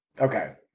Okay